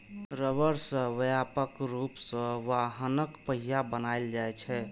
रबड़ सं व्यापक रूप सं वाहनक पहिया बनाएल जाइ छै